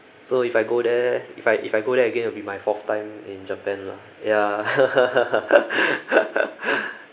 so if I go there if I if I go there again will be my fourth time in japan lah ya